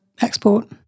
export